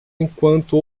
enquanto